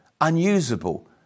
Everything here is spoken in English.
unusable